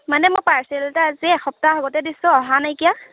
মানে মই পাৰ্চেল এটা আজি এসপ্তাহ আগতে দিছোঁ অহা নাই নাইকিয়া